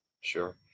Sure